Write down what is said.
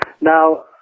Now